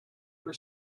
for